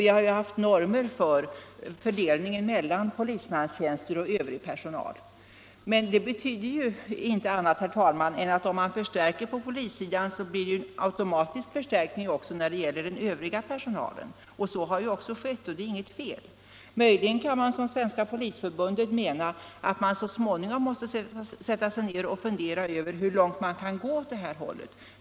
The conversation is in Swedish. Vi har ju haft normer för fördelningen mellan polismanstjänster och övrig personal, men det betyder inte något annat, herr talman, än att om man förstärker på polissidan blir det automatiskt förstärkning också när det gäller den övriga personalen. Så har även skett, och det är inget fel. Möjligen kan man, som Svenska polisförbundet, mena att vi så småningom måste sätta oss ner och fundera över hur långt man kan gå åt det här hållet.